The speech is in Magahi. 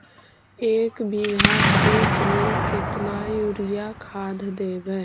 एक बिघा खेत में केतना युरिया खाद देवै?